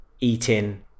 eating